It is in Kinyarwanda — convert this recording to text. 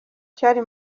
cari